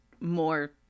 more